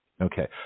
Okay